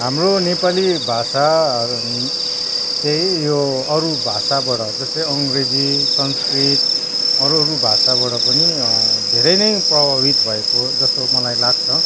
हाम्रो नेपाली भाषा चाहिँ यो अरू भाषाबाट जस्तै अङ्ग्रेजी संस्कृत अरू अरू भाषाबाट पनि धेरै नै प्रभावित भएको जस्तो मलाई लाग्छ